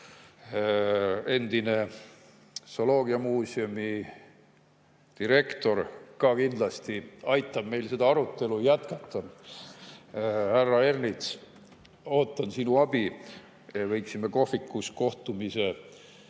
endine zooloogiamuuseumi direktor, kindlasti aitab meil seda arutelu jätkata. Härra Ernits, ootan sinu abi. Võiksime kohvikus kohtumise